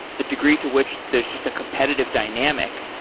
the degree to which there's just a competitive dynamic.